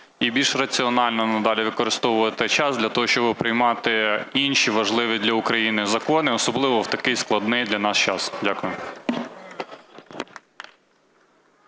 і більш раціонально надалі використовувати час для того, щоб приймати інші важливі для України закони, особливо в такий складний для нас час. Дякую.